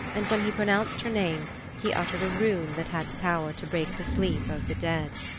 and when he pronounced her name he uttered a rune that had the power to break the sleep of the dead.